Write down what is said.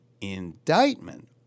indictment